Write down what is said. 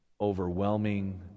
overwhelming